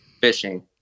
fishing